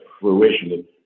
fruition